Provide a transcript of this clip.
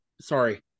sorry